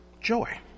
joy